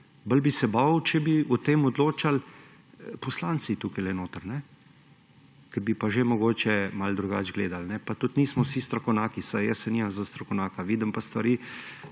Bolj bi se bal, če bi o tem odločali poslanci tukaj notri, ki bi pa že mogoče malo drugače gledali. Pa tudi nismo vsi strokovnjaki, vsaj jaz se nimam za strokovnjaka. Vidim pa stvari